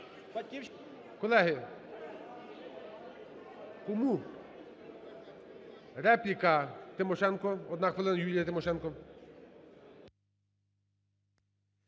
Колеги, кому? Репліка, Тимошенко. Одна хвилина, Юлія Тимошенко.